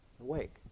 awake